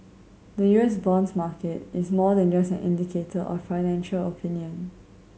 the U S bonds market is more than just an indicator of financial opinion